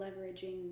leveraging